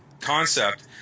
concept